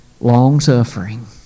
long-suffering